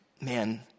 man